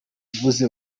mvuze